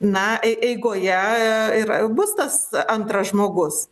na ei eigoje ir bus tas antras žmogus